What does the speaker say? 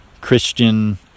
Christian